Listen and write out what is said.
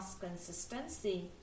consistency